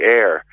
air